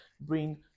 bring